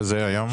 שזה כמה היום?